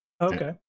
Okay